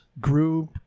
grew